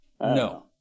No